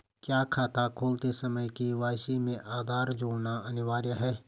क्या खाता खोलते समय के.वाई.सी में आधार जोड़ना अनिवार्य है?